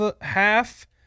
half